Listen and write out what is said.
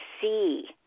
see